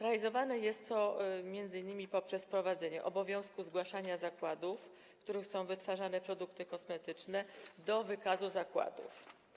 Realizowane jest to m.in. poprzez wprowadzenie obowiązku zgłaszania zakładów, w których są wytwarzane produkty kosmetyczne, do wykazu zakładów.